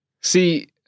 see